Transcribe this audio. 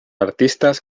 artistas